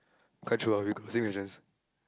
come true ah we considering the chance